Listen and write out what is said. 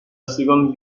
seconde